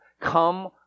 come